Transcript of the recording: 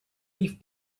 leaf